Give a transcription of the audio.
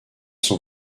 sont